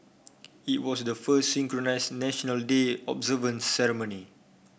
it was the first synchronise National Day observance ceremony